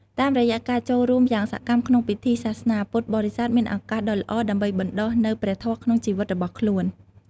តាមរយៈការចូលរួមយ៉ាងសកម្មក្នុងពិធីសាសនា ពុទ្ធបរិស័ទមានឱកាសដ៏ល្អដើម្បីបណ្ដុះនូវព្រះធម៌ក្នុងជីវិតរបស់ខ្លួន។